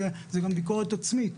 זה גם ביקורת עצמית,